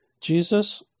Jesus